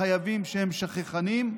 לחייבים שהם שכחנים.